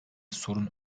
sorun